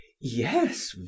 yes